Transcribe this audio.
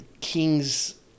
kings